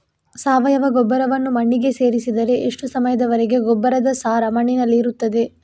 ಸಾವಯವ ಗೊಬ್ಬರವನ್ನು ಮಣ್ಣಿಗೆ ಸೇರಿಸಿದರೆ ಎಷ್ಟು ಸಮಯದ ವರೆಗೆ ಗೊಬ್ಬರದ ಸಾರ ಮಣ್ಣಿನಲ್ಲಿ ಇರುತ್ತದೆ?